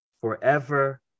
forever